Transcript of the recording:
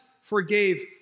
forgave